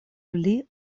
pli